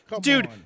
dude